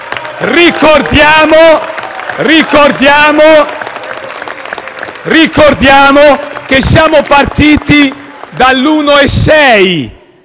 Ricordiamo che siamo partiti dall'1,6